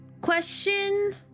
Question